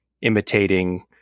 imitating